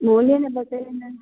बोलिए ना तो फिर बताइए ना